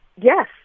Yes